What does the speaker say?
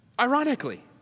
ironically